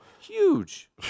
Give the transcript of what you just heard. Huge